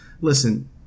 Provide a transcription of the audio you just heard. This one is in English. listen